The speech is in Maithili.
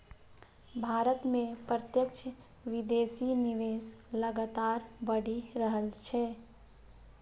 भारत मे प्रत्यक्ष विदेशी निवेश लगातार बढ़ि रहल छै